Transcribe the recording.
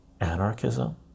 anarchism